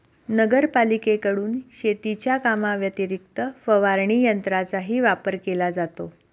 नगरपालिकेकडून शेतीच्या कामाव्यतिरिक्त फवारणी यंत्राचाही वापर केला जातो